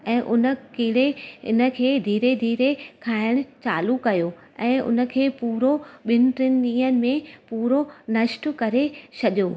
ऐं उन कीड़े इन खे धीरे धीरे खाइणु चालू कयो ऐं उनखे पूरो ॿिनि टिनि ॾींहंनि में पूरो नष्ट करे छॾियो